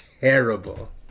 terrible